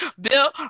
Bill